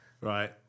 Right